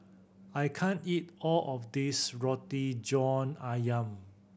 I can't eat all of this Roti John Ayam